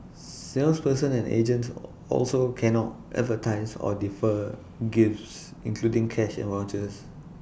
salespersons and agents also cannot advertise or differ gifts including cash and vouchers